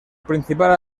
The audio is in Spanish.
principal